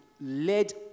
led